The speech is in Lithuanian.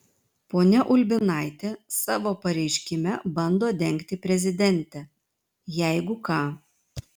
ponia ulbinaitė savo pareiškime bando dengti prezidentę jeigu ką